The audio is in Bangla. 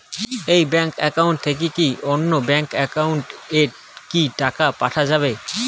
এই ব্যাংক একাউন্ট থাকি কি অন্য কোনো ব্যাংক একাউন্ট এ কি টাকা পাঠা যাবে?